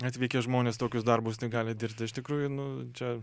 atvykę žmonės tokius darbus tegali dirbti iš tikrųjų nu čia